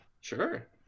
Sure